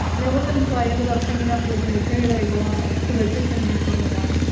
and it wasn't until i ended up hanging up with my attorney that i go out to the kitchen and i told my mom.